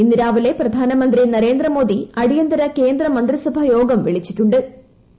ഇന്ന് രാവിലെ പ്രധാനമന്ത്രി നൃത്ത്രേന്ദ്രമോദി അടിയന്തര കേന്ദ്ര മന്ത്രിസഭാ യോഗം വിളിച്ചു ചേർത്തിട്ടുണ്ട്